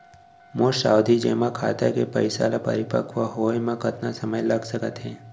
मोर सावधि जेमा खाता के पइसा ल परिपक्व होये म कतना समय लग सकत हे?